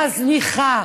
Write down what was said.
מזניחה